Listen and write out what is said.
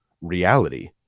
reality